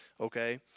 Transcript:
okay